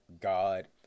God